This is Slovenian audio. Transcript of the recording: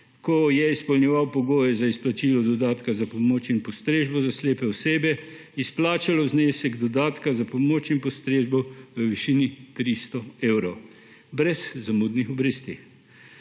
ko so izpolnjevali pogoje za izplačilo dodatka za pomoč in postrežbo za slepe osebe, izplačalo znesek dodatka za pomoč in postrežbo v višini 300 evrov brez zamudnih obresti.